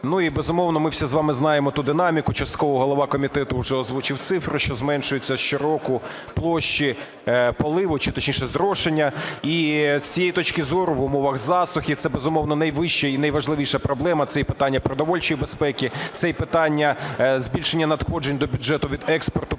І, безумовно, ми всі з вами знаємо ту динаміку, частково голова комітету уже озвучив цифру, що зменшуються щороку площі поливу, чи, точніше, зрошення. І з цієї точки зору, в умовах засухи це, безумовно, найвища і найважливіша проблема. Це і питання продовольчої безпеки, це і питання збільшення надходжень до бюджету від експорту